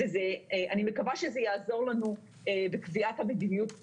אני מקווה שזה יעזור לנו בקביעת המדיניות בהמשך.